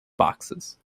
boxes